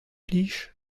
plij